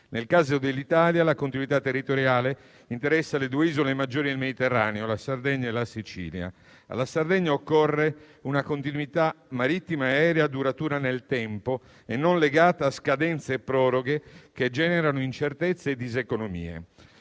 Nel caso dell'Italia, la continuità territoriale interessa le due isole maggiori del Mediterraneo, la Sardegna e la Sicilia. Alla Sardegna occorre una continuità marittima e aerea duratura nel tempo e non legata a scadenze e proroghe che generano incertezze e diseconomie.